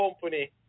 company